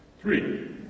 Three